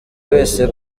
wese